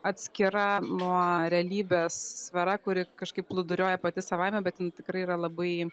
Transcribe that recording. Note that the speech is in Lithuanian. atskira nuo realybės sfera kuri kažkaip plūduriuoja pati savaime bet jin tikrai yra labai